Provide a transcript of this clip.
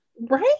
Right